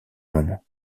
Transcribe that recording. moment